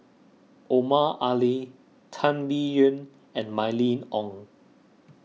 Omar Ali Tan Biyun and Mylene Ong